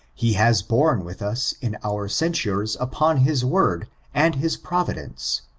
he has borne with us in our censures upon his word and his providence,